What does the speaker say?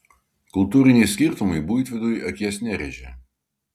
kultūriniai skirtumai buitvidui akies nerėžė